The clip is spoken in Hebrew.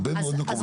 הרבה מאוד מקומות.